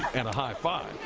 and a high five.